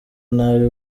nabi